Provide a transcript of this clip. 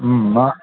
മ്മ് എന്നാ